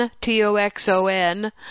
T-O-X-O-N